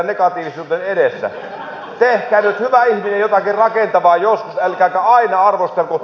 tehkää nyt hyvä ihminen jotakin rakentavaa joskus älkääkä aina arvostelko